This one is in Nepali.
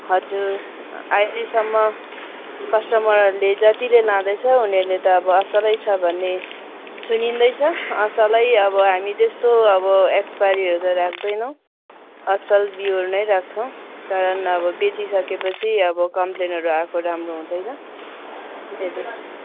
हजुर अहिलेसम्म कस्टमरले जतिले लाँदैछ उनीहरूले त अब असलै छ भन्ने सुनिँदैछ असलै अब हामी त्यस्तो अब एक्सपाइरीहरू त राख्दैनौँ असल बिउहरू नै राख्छौँ कारण अब बेचिसके पछि अब कमप्लेनहरू आएको राम्रो हुँदैन उनीहरूले